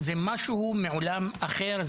זה משהו מעולם אחר,